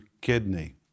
kidney